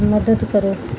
ਮਦਦ ਕਰੋ